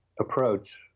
approach